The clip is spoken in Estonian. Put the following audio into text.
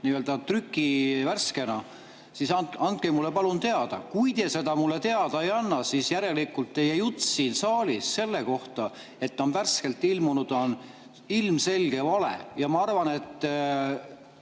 trükivärskena saada, siis andke mulle palun teada. Kui te seda mulle teada ei anna, siis järelikult teie jutt siin saalis selle kohta, et ta on värskelt ilmunud, on ilmselge vale. Ja ma arvan, et